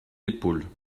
épaules